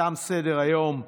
תם סדר-היום.